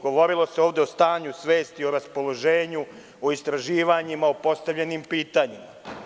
Govorilo se ovde o stanju svesti, o raspoloženju, o istraživanjima, o postavljenim pitanjima.